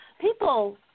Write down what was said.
people